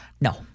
No